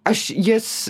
aš jas